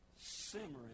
simmering